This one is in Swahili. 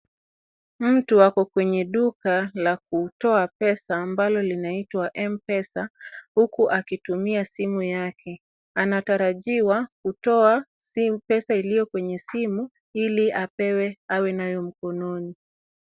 Mtu ako kwenye duka la kutoa pesa ambalo linaitwa M-Pesa huku akitumia simu yake. Anatarajiwa kutoa pesa iliyo kwenye simu, ili apewe awe nayo mkononi.